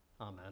Amen